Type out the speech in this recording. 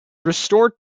restored